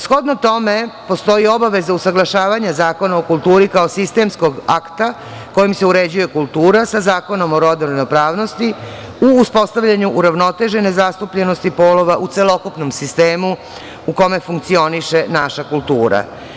Shodno tome, postoji obaveza usaglašavanja Zakona o kulturi, kao sistemskom akta, kojim se uređuje kultura, sa Zakonom o rodnoj ravnopravnosti u uspostavljanju uravnotežene zastupljenosti polova u celokupnom sistemu u kome funkcioniše naša kultura.